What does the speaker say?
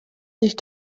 sich